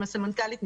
עם הסמנכ"לית,